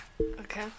Okay